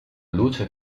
luce